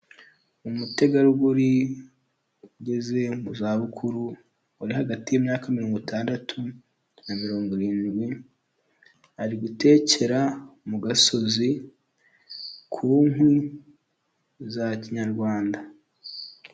Umutegarugori ugeze mu za bukuru uri hagati y'imyaka mirongo itandatu na mirongo irindwi ari gutekera mu gasozi kunkwi za kinyarwanda.